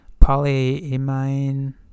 polyamine